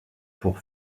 pour